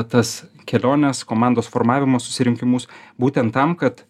tas keliones komandos formavimo susirinkimus būtent tam kad